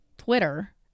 Twitter